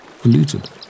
polluted